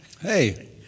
Hey